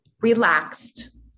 relaxed